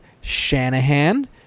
Shanahan